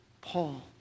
Paul